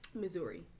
Missouri